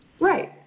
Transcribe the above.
Right